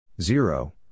Zero